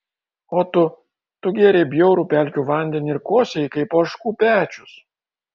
o tu tu gėrei bjaurų pelkių vandenį ir kosėjai kaip ožkų pečius